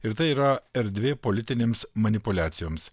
ir tai yra erdvė politinėms manipuliacijoms